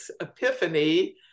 Epiphany